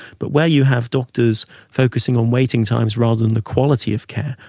but where you have doctors focusing on waiting times rather than the quality of care,